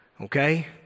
okay